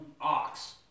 ox